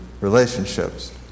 relationships